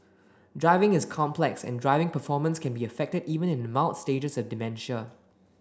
driving is complex and driving performance can be affected even in the mild stages of dementia